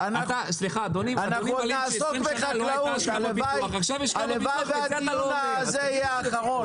20 שנה לא הייתה השקעה בפיתוח ועכשיו תהיה השקעה בפיתוח.